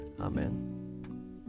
Amen